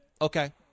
Okay